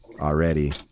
already